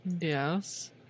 Yes